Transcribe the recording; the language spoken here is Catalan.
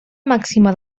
màxima